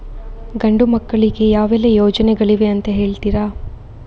ಗಂಡು ಮಕ್ಕಳಿಗೆ ಯಾವೆಲ್ಲಾ ಯೋಜನೆಗಳಿವೆ ಅಂತ ಹೇಳ್ತೀರಾ?